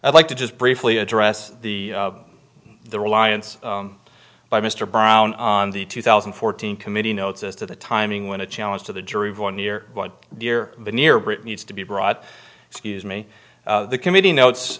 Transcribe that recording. i'd like to just briefly address the the reliance by mr brown on the two thousand and fourteen committee notes as to the timing when a challenge to the jury one year one near the near brit needs to be brought scuse me the committee notes